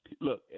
look